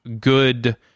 good